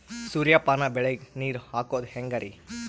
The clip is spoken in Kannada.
ಸೂರ್ಯಪಾನ ಬೆಳಿಗ ನೀರ್ ಹಾಕೋದ ಹೆಂಗರಿ?